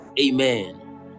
Amen